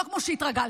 לא כמו שהתרגלת.